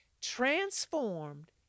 transformed